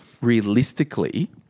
realistically